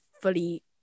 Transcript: fully